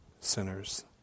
sinners